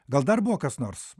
gal dar buvo kas nors